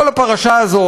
כל הפרשה הזאת,